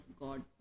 God